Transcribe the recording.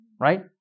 right